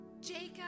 Jacob